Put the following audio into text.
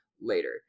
later